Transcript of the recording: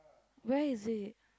where is it